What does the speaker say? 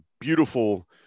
beautiful